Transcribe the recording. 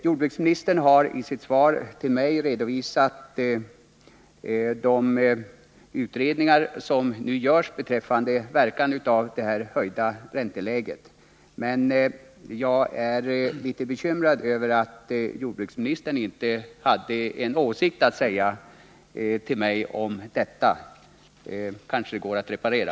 Jordbruksministern har i sitt svar till mig redovisat de utredningar som nu görs beträffande verkan av det höjda ränteläget. Men jag är litet bekymrad över att jordbruksministern inte hade en åsikt att framföra till mig om detta. Det kanske går att reparera.